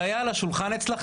זה היה על השולחן אצלכם?